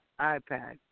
iPad